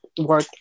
work